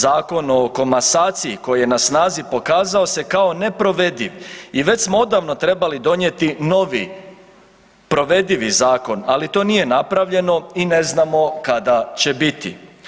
Zakon o komasaciji, koji je na snazi pokazao se kao neprovediv i već smo odavno trebali donijeti novi, provedivi zakon, ali to nije napravljeno i ne znamo kada će biti.